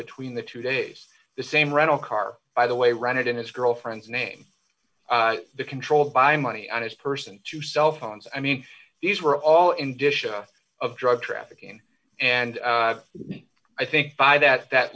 between the two days the same rental car by the way run it in his girlfriend's name controlled by money on his person two cell phones i mean these were all in disha of drug trafficking and i think by that that